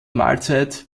mahlzeit